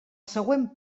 següent